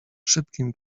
szybkim